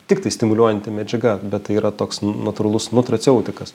tiktai stimuliuojanti medžiaga bet tai yra toks natūralus nutraceutikas